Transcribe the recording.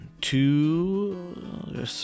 two